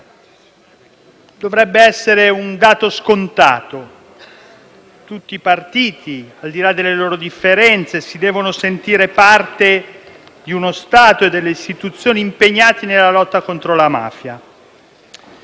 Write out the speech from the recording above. dovrebbe essere un dato scontato: tutti i partiti, al di là delle loro differenze, si devono sentire parte di uno Stato e delle istituzioni impegnate nella lotta contro la mafia.